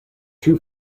two